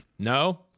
No